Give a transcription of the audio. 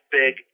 big